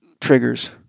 triggers